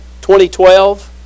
2012